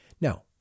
Now